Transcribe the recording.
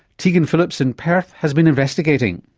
tegan phillips in perth has been investigating.